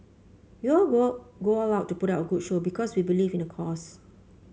we all go out go out out to put up a good show because we believe in the cause